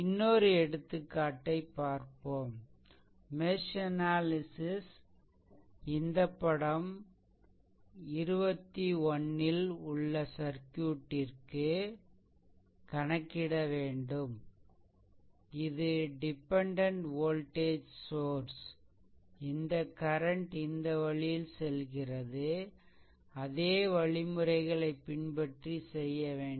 இன்னொரு எடுத்துக்காட்டை பார்ப்போம் மெஷ் அனாலிசிஸ் இந்த படம் 21 ல் உள்ள சர்க்யூட்டிற்கு கணக்கிட வேண்டும் இது டிபெண்டென்ட் வோல்டேஜ் சோர்ஸ் இந்த கரண்ட் இந்த வழியில் செல்கிறது அதே வழிமுறைகளை பின்பற்றி செய்யவேண்டும்